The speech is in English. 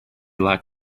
like